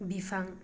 बिफां